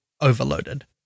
overloaded